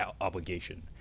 obligation